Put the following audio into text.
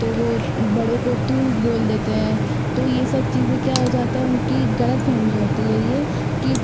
तो वे बड़ों को तू बोल देते हैं तो यह सब चीज़े क्या हो जाता है उनकि ग़लतफ़हमी होती है यह कि